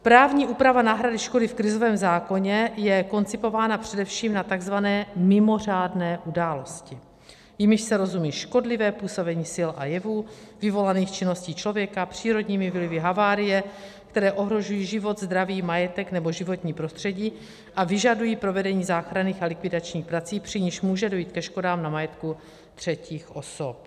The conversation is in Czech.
Právní úprava náhrady škody v krizovém zákoně je koncipována především na takzvané mimořádné události, jimiž se rozumí škodlivé působení sil a jevů vyvolaných činností člověka, přírodními vlivy, havárie, které ohrožují život, zdraví, majetek nebo životní prostředí a vyžadují provedení záchranných a likvidačních prací, při nichž může dojít ke škodám na majetku třetích osob.